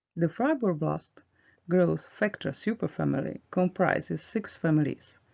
the fibroblast growth factor superfamily comprises six families,